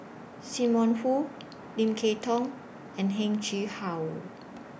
SIM Wong Hoo Lim Kay Tong and Heng Chee How